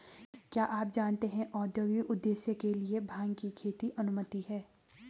क्या आप जानते है औद्योगिक उद्देश्य के लिए भांग की खेती की अनुमति है?